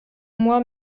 moi